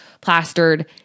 plastered